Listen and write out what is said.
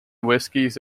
whiskies